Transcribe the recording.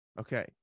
Okay